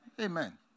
Amen